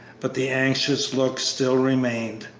but the anxious look still remained.